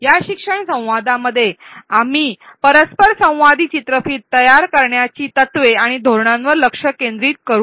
या शिक्षण संवादामध्ये आपण परस्पर संवादी चित्रफित करण्यासाठी तत्त्वे आणि धोरणांवर लक्ष केंद्रित करू